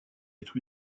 être